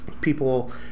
people